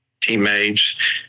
teammates